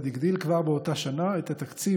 כבר באותה שנה המשרד הגדיל את התקציב